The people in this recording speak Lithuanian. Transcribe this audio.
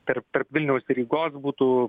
tarp tarp vilniaus ir rygos būtų